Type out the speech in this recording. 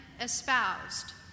espoused